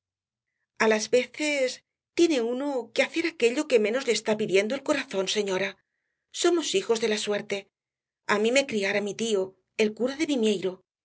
las veces tiene uno que hacer aquello que menos le está pidiendo el corazón señora somos hijos de la suerte a mí me criara mi tío el cura de